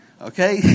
Okay